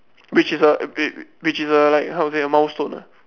which is a which is a like how to say a milestone ah